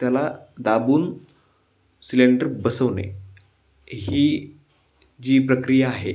त्याला दाबून सिलेंडर बसवणे ही जी प्रक्रिया आहे